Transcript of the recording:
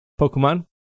Pokemon